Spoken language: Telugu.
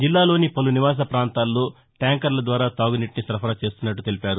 జిల్లాలోని పలు నివాస పాంతాల్లో ట్యాంకర్ల ద్వారా తాగునీటిని సరఫరా చేస్తున్నట్లు తెలిపారు